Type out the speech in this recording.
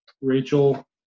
Rachel